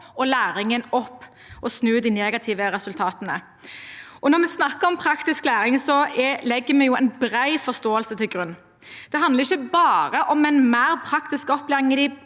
og læringen opp og snu de negative resultatene. Når vi snakker om praktisk læring, legger vi en bred forståelse til grunn. Det handler ikke bare om en mer praktisk opplæring